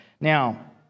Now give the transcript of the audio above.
Now